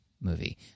movie